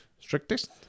strictest